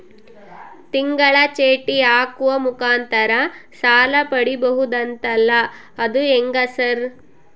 ತಿಂಗಳ ಚೇಟಿ ಹಾಕುವ ಮುಖಾಂತರ ಸಾಲ ಪಡಿಬಹುದಂತಲ ಅದು ಹೆಂಗ ಸರ್?